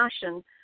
fashion